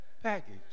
Package